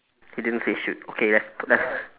he didn't say shoot okay let's let's